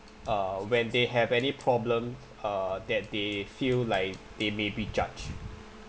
uh when they have any problem uh that they feel like they may be judged